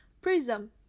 PRISM